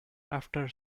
after